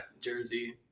jersey